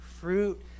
fruit